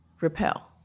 repel